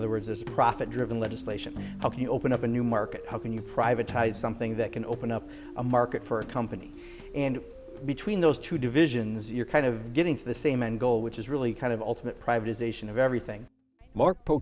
other words as profit driven legislation how can you open up a new market how can you privatized something that can open up a market for a company and between those two divisions you're kind of getting to the same end goal which is really kind of ultimate privatization of everything more p